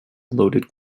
loaded